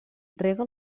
rega